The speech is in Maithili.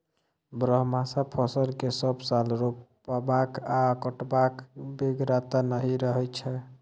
बरहमासा फसल केँ सब साल रोपबाक आ कटबाक बेगरता नहि रहै छै